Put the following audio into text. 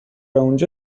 اونجا